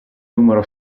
numero